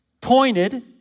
pointed